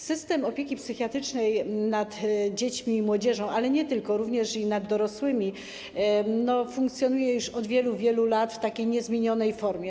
System opieki psychiatrycznej nad dziećmi i młodzieżą, ale nie tylko, również nad dorosłymi, funkcjonuje już od wielu, wielu lat w niezmienionej formie.